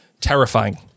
Terrifying